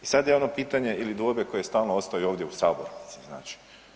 I sad je ono pitanje ili dvojbe koje stalno ostaju ovdje u sabornici, znači.